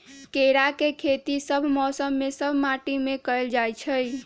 केराके खेती सभ मौसम में सभ माटि में कएल जाइ छै